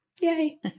Yay